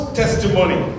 testimony